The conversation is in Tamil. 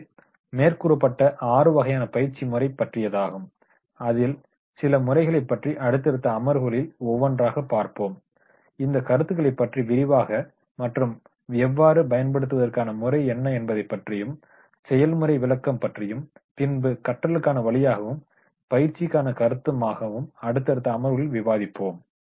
எனவே மேற்கூறப்பட்ட ஆறுவகையான பயிற்சி முறை பற்றியதாகும் அதில் சில முறைகளைப் பற்றி அடுத்தடுத்த அமர்வுகளில் ஒவ்வொன்றாக பார்ப்போம் இந்த கருத்துக்களை பற்றி விரிவாக மற்றும் எவ்வாறு பயன்ப்படுத்துவதற்கான முறை என்ன என்பதைப் பற்றியும் செயல்முறை விளக்கம் பற்றியும் பின்பு கற்றல்க்கான வழியாகவும் பயிற்சிக்கான கருத்தாக்கமாகவும் அடுதடுத்த அமர்வுகளில் விவாதிப்போம்